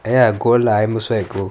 ya gold lah I'm also a gold